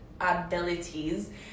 abilities